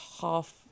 half